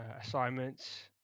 assignments